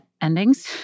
endings